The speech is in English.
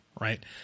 right